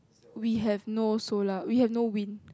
we have no also lah we have no wind